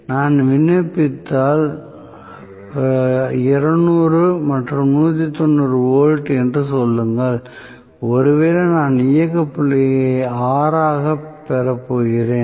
நான் விண்ணப்பித்தால் 200 மற்றும் 190 வோல்ட் என்று சொல்லுங்கள் ஒருவேளை நான் இயக்க புள்ளியை R ஆகப் பெறப்போகிறேன்